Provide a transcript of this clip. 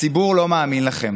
הציבור לא מאמין לכם.